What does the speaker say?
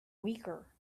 weaker